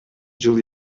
жыл